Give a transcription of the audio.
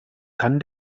kann